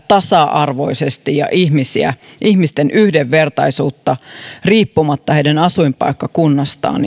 tasa arvoisesti ja ihmisten yhdenvertaisuutta edistää riippumatta heidän asuinpaikkakunnastaan